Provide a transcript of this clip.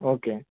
okay